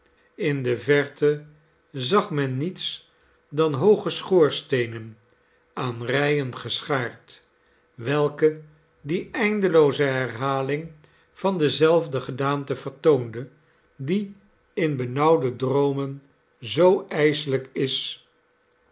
in de verte zag men niets dan hooge schoorsteenen aan rijen geschaard welke die eindelooze herhaling van dezelfde gedaante vertoonde die in benauwde droomen zoo ijselijk is